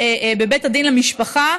בבית הדין למשפחה,